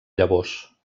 llavors